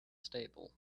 stable